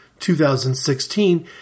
2016